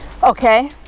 Okay